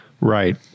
Right